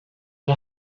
was